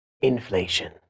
Inflation